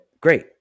great